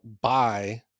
buy